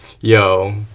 yo